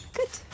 Good